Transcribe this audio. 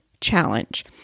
challenge